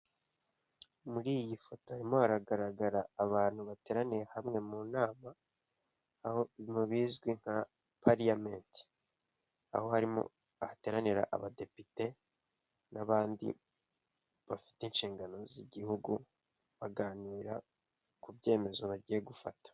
Muri iyi foto harimo haragaragara abantu bateraniye hamwe mu nama, aho bizwi nka Pariyamenti, aho harimo hateranira abadepite n'abandi bafite inshingano z'igihugu baganira ku byemezo bagiye gufata.